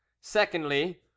secondly